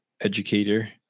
educator